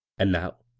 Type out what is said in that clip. and now?